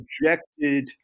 rejected